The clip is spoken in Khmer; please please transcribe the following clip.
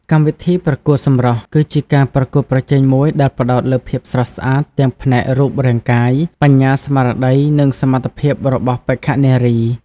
កម្មវិធីប្រកួតសម្រស់គឺជាការប្រកួតប្រជែងមួយដែលផ្តោតលើភាពស្រស់ស្អាតទាំងផ្នែករូបរាងកាយ បញ្ញាស្មារតី និងសមត្ថភាពរបស់បេក្ខនារី។